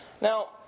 Now